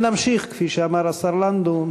וכפי שאמר השר לנדאו,